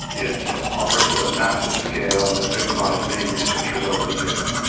it operates at a massive scale and has victimised many researchers over the years.